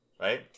Right